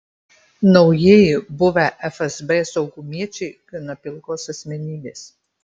naujieji buvę fsb saugumiečiai gana pilkos asmenybės